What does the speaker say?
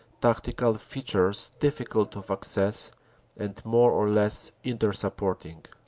tactical features difficult of access and more or less inter-supporting.